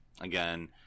again